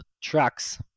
tracks